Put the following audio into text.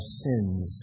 sins